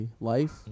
life